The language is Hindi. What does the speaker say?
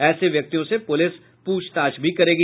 ऐसे व्यक्तियों से पुलिस प्रछताछ भी करेगी